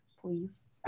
please